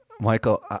Michael